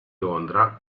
londra